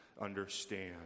understand